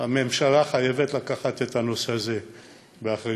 הממשלה חייבת לקחת את הנושא הזה באחריות,